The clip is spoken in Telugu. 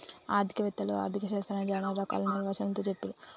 ఆర్థిక వేత్తలు ఆర్ధిక శాస్త్రాన్ని చానా రకాల నిర్వచనాలతో చెప్పిర్రు